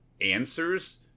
answers